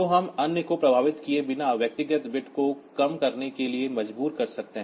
तो हम अन्य को प्रभावित किए बिना व्यक्तिगत बिट्स को कम करने के लिए मजबूर कर सकते हैं